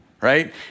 right